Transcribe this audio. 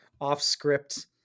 off-script